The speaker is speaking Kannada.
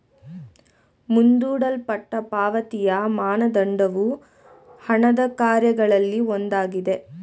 ಮುಂದೂಡಲ್ಪಟ್ಟ ಪಾವತಿಯ ಮಾನದಂಡವು ಹಣದ ಕಾರ್ಯಗಳಲ್ಲಿ ಒಂದಾಗಿದೆ